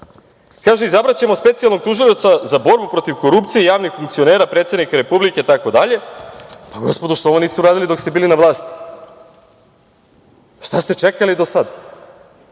– izabraćemo specijalnog tužioca za borbu protiv korupcije javnih funkcionera, predsednika Republike itd. Gospodo, što ovo niste uradili dok ste bili na vlasti, šta ste čekali do sada?